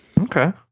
Okay